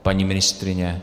Paní ministryně?